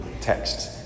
text